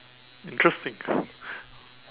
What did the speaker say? interesting